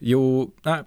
jau na